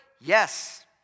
Yes